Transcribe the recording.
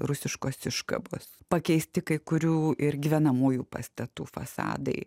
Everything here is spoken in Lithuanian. rusiškos iškabos pakeisti kai kurių ir gyvenamųjų pastatų fasadai